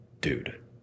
dude